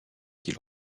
qu’il